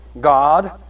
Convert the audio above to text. God